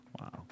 Wow